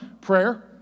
prayer